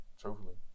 truthfully